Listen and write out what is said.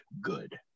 good